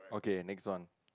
okay next one